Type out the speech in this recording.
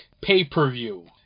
pay-per-view